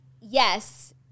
Yes